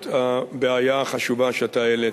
את הבעיה החשובה שאתה העלית.